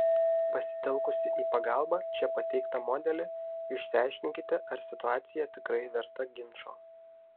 pasitelkusi į pagalbą čia pateiktą modelį išsiaiškinkite ar situacija tikrai verta ginčo